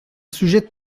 sujet